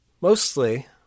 Mostly